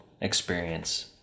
experience